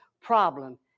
problem